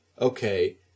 okay